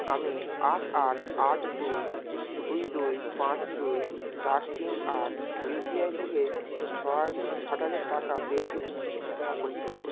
আমি আট আট আট দুই দুই দুই পাঁচ দুই চার তিন আট ইউপিআই থেকে ছ হাজ ষাট হাজার টাকা পেয়েছি কি না তা পরীক্ষা করুন